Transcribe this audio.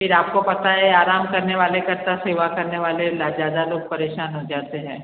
फिर आप को पता है आराम करने वाले का तो सेवा करने वाले से ज़्यादा लोग परेशान हो जाते हैं